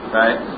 right